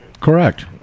Correct